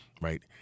right